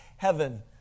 Heaven